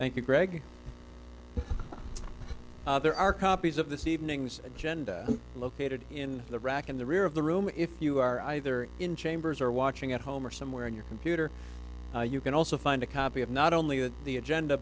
you thank you greg there are copies of this evening's agenda located in the rack and the rear of the room if you are either in chambers or watching at home or somewhere on your computer you can also find a copy of not only the agenda